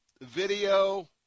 video